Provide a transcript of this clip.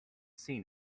seen